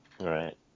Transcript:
right